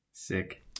Sick